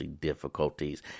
difficulties